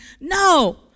no